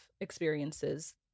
experiences